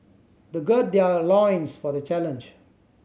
they gird their loins for the challenge